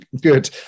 Good